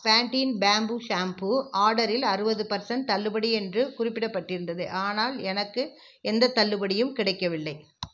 Pantene bamboo shampoo ஆர்டரில் அறுபது percent தள்ளுபடி என்று குறிப்பிடப்பட்டிருந்தது ஆனால் எனக்கு எந்தத் தள்ளுபடியும் கிடைக்கவில்லை